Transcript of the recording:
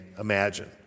imagine